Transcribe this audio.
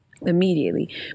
immediately